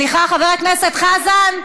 סליחה, חבר הכנסת חזן.